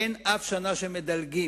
אין אף שנה שמדלגים,